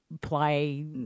play